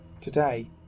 today